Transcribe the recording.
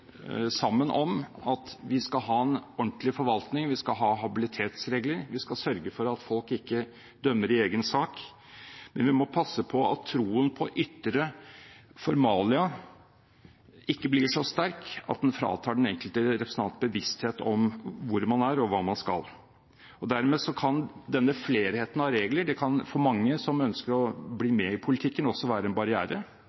sammen om at vi skal ha en ordentlig forvaltning, vi skal ha habilitetsregler, og vi skal sørge for at folk ikke dømmer i egen sak. Men vi må passe på at troen på ytre formalia ikke blir så sterk at den fratar den enkelte representant bevissthet om hvor man er, og hva man skal. Dermed kan denne flerheten av regler for mange som ønsker å bli med i politikken, også være en barriere.